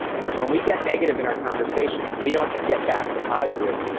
cause when we get negative in our conversation, if we don't get back to positive,